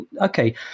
okay